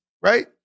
right